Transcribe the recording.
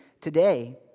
today